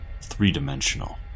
three-dimensional